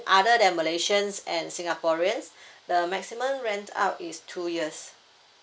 other than malaysians and singaporeans the maximum rent out is two years